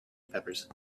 peppers